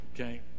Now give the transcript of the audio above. okay